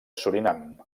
surinam